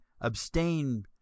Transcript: abstain